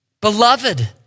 Beloved